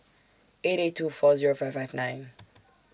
eight eight two four Zero five five nine